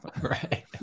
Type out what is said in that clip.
Right